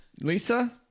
Lisa